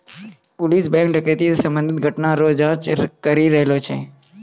police bank डकैती से संबंधित घटना रो जांच करी रहलो छै